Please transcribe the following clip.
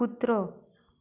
कुत्रो